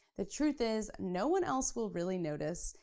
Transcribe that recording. the truth is, no one else will really notice,